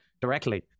directly